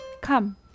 Come